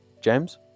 James